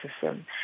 system